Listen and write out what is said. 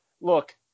Look